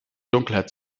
dunkelheit